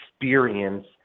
experience